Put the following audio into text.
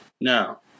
now